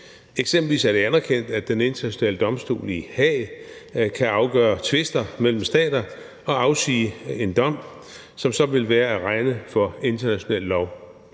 Eksempelvis er det anerkendt, at den internationale domstol i Haag kan afgøre tvister mellem stater og afsige en dom, som så vil være at regne for international lov.